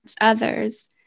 others